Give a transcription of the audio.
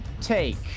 take